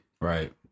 Right